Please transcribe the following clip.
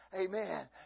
Amen